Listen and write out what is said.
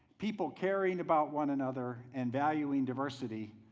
people caring about one another and valuing diversity,